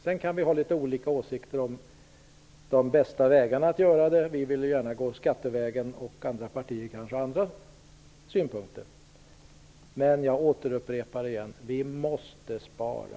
Sedan kan vi ha litet olika åsikter om de bästa vägarna att göra det. Vi vill gärna gå skattevägen, medan andra partier kanske har andra synpunkter. Men jag upprepar: Vi måste spara.